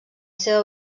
seva